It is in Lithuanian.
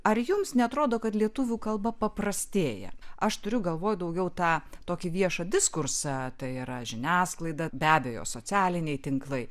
ar jums neatrodo kad lietuvių kalba paprastėja aš turiu galvoj daugiau tą tokį viešą diskursą tai yra žiniasklaida be abejo socialiniai tinklai